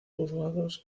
juzgados